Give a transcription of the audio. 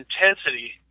intensity